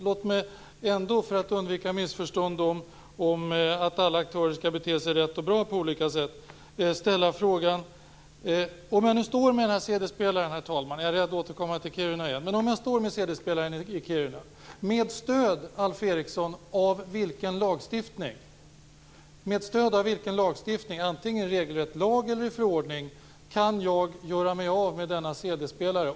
Låt mig bara ställa en fråga, för att undvika missförstånd om att alla aktörer skall bete sig rätt. Om jag står med CD-spelaren i Kiruna, med stöd av vilken lagstiftning, antingen regelrätt lag eller förordning, kan jag göra mig av med denna CD-spelare?